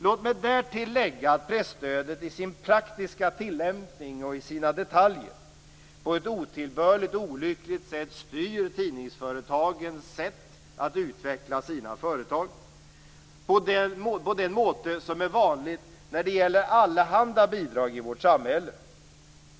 Låt mig därtill lägga att presstödet i sin praktiska tillämpning och i sina detaljer på ett otillbörligt och olyckligt sätt styr tidningsföretagens sätt att utveckla sina företag, på det sätt som är vanligt när det gäller allehanda bidrag i vårt samhälle.